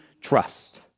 trust